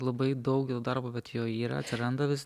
labai daug darbo bet jo yra atsiranda vis